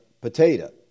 potato